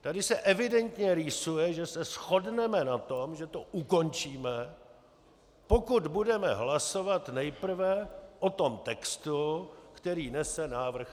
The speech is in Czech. Tady se evidentně rýsuje, že se shodneme na tom, že to ukončíme, pokud budeme hlasovat nejprve o tom textu, který nese návrh Rais.